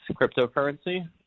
cryptocurrency